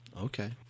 Okay